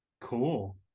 Cool